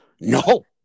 No